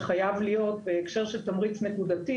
שחייב להיות בהקשר של תמריץ נקודתי